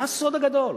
מה הסוד הגדול?